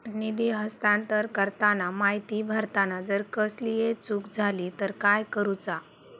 निधी हस्तांतरण करताना माहिती भरताना जर कसलीय चूक जाली तर काय करूचा?